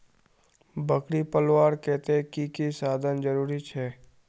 बकरी पलवार केते की की साधन जरूरी छे?